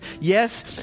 Yes